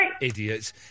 Idiots